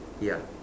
ya